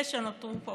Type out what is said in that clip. אלה שנותרו פה,